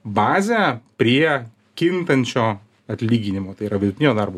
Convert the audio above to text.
bazę prie kintančio atlyginimo tai yra vidutinio darbo